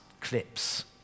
clips